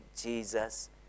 Jesus